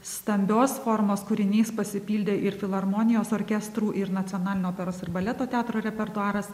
stambios formos kūriniais pasipildė ir filarmonijos orkestrų ir nacionalinio operos ir baleto teatro repertuaras